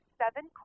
seven